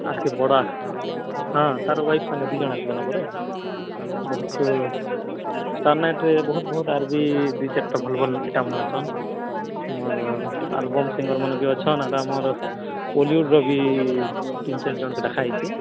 ବଡ଼ ହଁ ତାର ୱାଇଫ୍ ସାଙ୍ଗେ ଦି ଜଣ ଆସିବେ ବହୁତ ଷ୍ଟାର ନାଇଟରେ ବହୁତ ବହୁତ ଦି ଚାରିଟା ଭଲ ଭଲ ମାନେ ଅଛନ୍ତି ତୁମର ଆଲବମ୍ ସିଙ୍ଗର୍ ମାନେ ଅଛନ୍ତି ଆମର ଓଲିଉଡ଼ରୁ ବି ତିନ ଚାରି ଜଣଙ୍କୁ ରଖାହେଇଛି